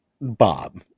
Bob